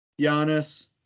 Giannis